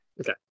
Okay